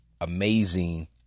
amazing